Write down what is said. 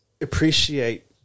appreciate